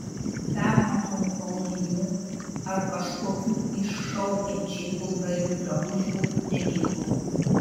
permatomų audinių ar kažkokių iššaukiančiai vulgarių drabužių nemėgo